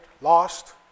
lost